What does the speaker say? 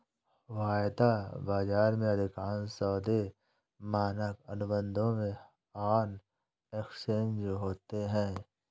वायदा बाजार में, अधिकांश सौदे मानक अनुबंधों में ऑन एक्सचेंज होते हैं